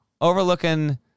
overlooking